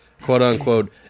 quote-unquote